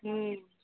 हूँ